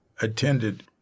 attended